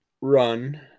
run